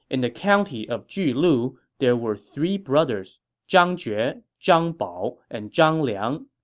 in the county of julu, there were three brothers zhang jue, yeah zhang bao, and zhang liang.